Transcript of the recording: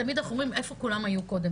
תמיד אנחנו אומרים איפה כולם היו קודם,